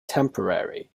temporary